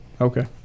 okay